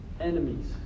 enemies